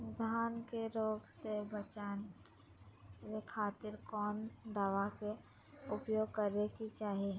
धान के रोग से बचावे खातिर कौन दवा के उपयोग करें कि चाहे?